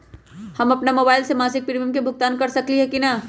हम अपन मोबाइल से मासिक प्रीमियम के भुगतान कर सकली ह की न?